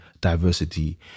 diversity